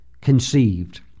conceived